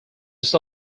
just